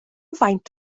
faint